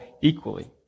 equally